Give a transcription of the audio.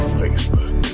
facebook